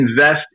invest